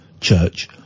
Church